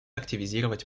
активизировать